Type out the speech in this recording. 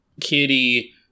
kitty